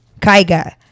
Kaiga